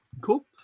cool